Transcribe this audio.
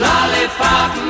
Lollipop